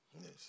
Yes